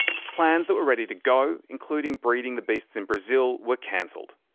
plans that were ready to go, including breeding the beasts in brazil, were cancelled.